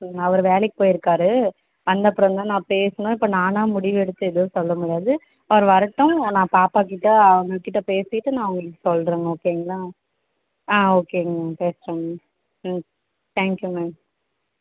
ம் அவர் வேலைக்கு போயிருக்கார் வந்தப்பறம் தான் நான் பேசணும் இப்போ நானாக முடிவு எடுத்து எதுவும் சொல்லமுடியாது அவர் வரட்டும் நான் பாப்பாக்கிட்ட அவங்கக்கிட்ட பேசிவிட்டு நான் உங்களுக்கு சொல்லுறேன் ஓகேங்களா ஆ ஓகேங்க மேம் பேசுறேங்க மேம் ம் தேங்க் யூ மேம்